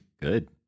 good